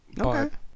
Okay